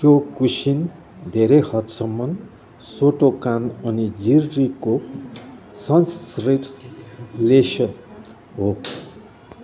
Kyokushin धेरै हदसम्म Shotokan अनि जिर रीको संश्लेषण हो